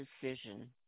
decision